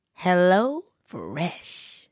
HelloFresh